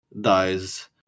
dies